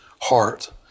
heart